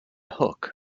hook